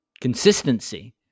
consistency